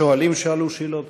השואלים שאלו שאלות קצרות,